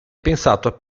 pensato